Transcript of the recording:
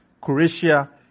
Croatia